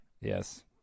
Yes